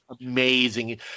amazing